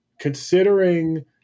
considering